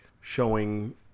showing